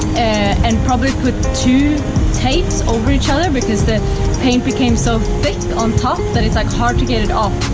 and probably put two tapes over each other because the paint became so thick on top that it's like, hard to get it off.